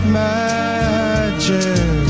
magic